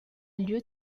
lieu